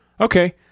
Okay